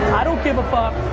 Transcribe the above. i don't give a fuck.